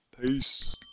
Peace